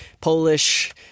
Polish